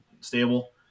stable